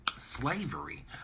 Slavery